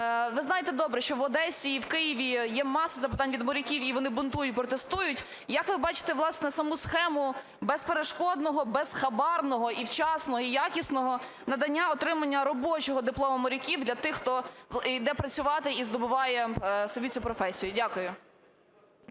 ви знаєте добре, що і в Одесі, і в Києві є маса запитань від моряків, і вони бунтують, і протестують. Як ви бачите, власне, саму схему безперешкодного, безхабарного, і вчасного, і якісного надання (отримання) робочого диплому моряків для тих хто йде працювати і здобуває собі цю професію? Дякую.